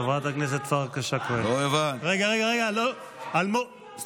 הרמטכ"ל לשעבר שלך בוגר של קרן וקסנר.